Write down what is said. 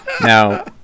Now